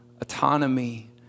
autonomy